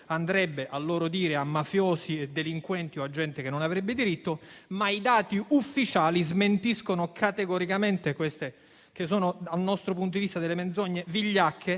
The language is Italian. andrebbe, a loro dire, a mafiosi, delinquenti o a gente che non ne avrebbe diritto; tuttavia i dati ufficiali smentiscono categoricamente queste che, dal nostro punto di vista, sono delle menzogne vigliacche,